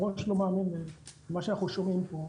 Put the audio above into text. הראש לא מאמין למה שאנחנו שומעים פה.